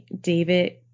David